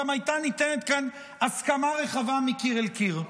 וגם הייתה ניתנת כאן הסכמה רחבה מקיר אל קיר.